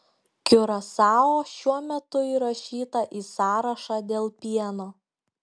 kiurasao šiuo metu įrašyta į sąrašą dėl pieno